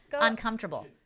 uncomfortable